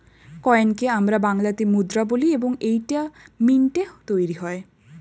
কয়েনকে আমরা বাংলাতে মুদ্রা বলি এবং এইটা মিন্টে তৈরী হয়